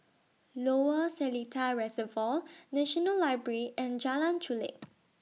Lower Seletar Reservoir National Library and Jalan Chulek